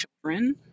children